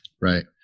right